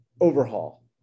overhaul